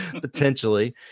Potentially